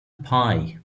pie